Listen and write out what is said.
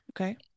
Okay